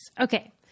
Okay